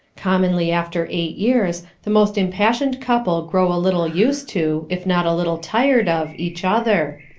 commonly after eight years the most impassioned couple grow a little used to, if not a little tired of, each other.